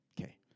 Okay